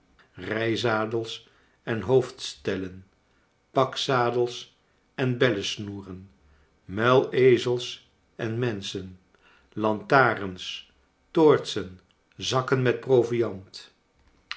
rijzadels en hoofdstellen pakzadels en bellesnoeren muilezels en menschen lantaxens toortsen zakken met proviand